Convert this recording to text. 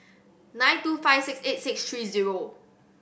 nine two five six eight six three zero